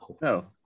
No